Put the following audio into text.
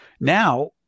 Now